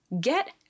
Get